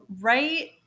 right